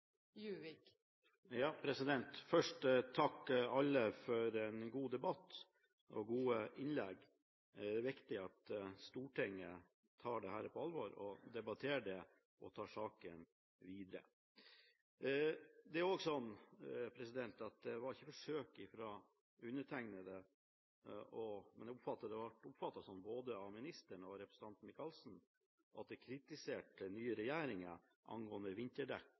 problemene her. Først vil jeg takke alle for en god debatt og gode innlegg. Det er viktig at Stortinget tar dette på alvor, debatterer det og tar saken videre. Det var ikke et forsøk fra undertegnede på å kritisere den nye regjeringen angående vinterdekk på henger – jeg oppfattet det ble oppfattet sånn både av ministeren og representanten Michaelsen. Det